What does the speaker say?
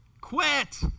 Quit